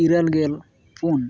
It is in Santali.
ᱤᱨᱟᱹᱞ ᱜᱮᱞ ᱯᱩᱱ